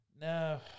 No